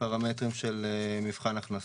לפרמטרים של מבחן הכנסה.